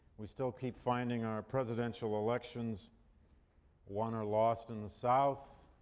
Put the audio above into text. we still keep finding our presidential elections won or lost in the south.